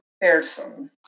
person